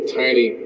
tiny